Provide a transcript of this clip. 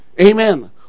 Amen